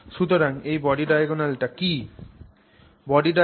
সুতরাং এই body diagonal টা কি